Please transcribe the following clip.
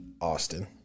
Austin